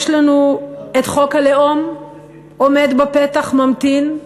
יש לנו את חוק הלאום שעומד בפתח וממתין,